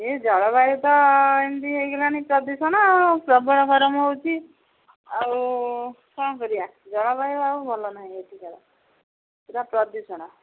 ଏ ଜଳବାୟୁ ତ ଏମିତି ହେଇଗଲାଣି ପ୍ରଦୂଷଣ ଆଉ ପ୍ରବଳ ଗରମ ହେଉଛି ଆଉ କ'ଣ କରିବା ଜଳବାୟୁ ଆଉ ଭଲ ନାହିଁ ଏଠି ଖେଳ ସେଟା ପ୍ରଦୂଷଣ